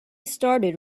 started